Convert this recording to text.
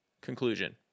Conclusion